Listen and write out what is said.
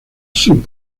sub